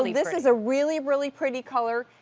like this is a really really pretty color.